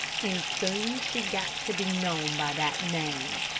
and soon she got to be known by that name,